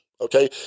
Okay